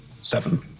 seven